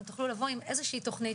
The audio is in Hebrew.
אם תוכלו לבוא עם איזושהי תוכנית,